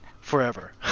forever